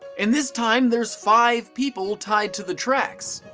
and this time there's five people tied to the tracks.